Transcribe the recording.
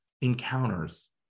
encounters